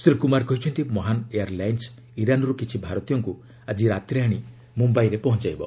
ଶ୍ରୀ କୁମାର କହିଛନ୍ତି Mahan air lines ଇରାନ୍ରୁ କିଛି ଭାରତୀୟଙ୍କୁ ଆଜି ରାତିରେ ଆଣି ମୁମ୍ୟାଇରେ ପହଞ୍ଚାଇବ